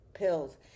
pills